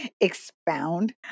expound